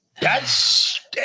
that's-